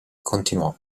continuò